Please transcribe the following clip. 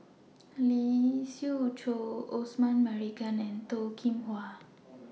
Lee Siew Choh Osman Merican and Toh Kim Hwa